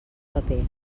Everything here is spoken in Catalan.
paper